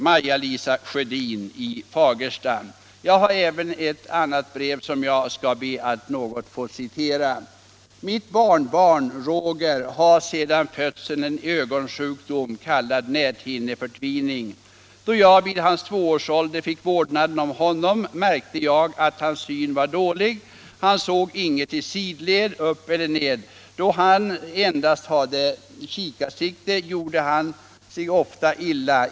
Maja-Lisa Sjödin Fagersta” Jag har ett annat brev som jag skall be att få citera: ”Mitt barnbarn Roger, har sedan födseln en ögonsjukdom. ——— kallad näthinneförtvining. Då jag vid hans tvåårsålder fick vårdnaden om honom, märkte jag 87 att hans syn var dålig. Han såg inget i sidled, upp eller ned. Då han endast hade kikarsikte, gjorde han sig ofta illa.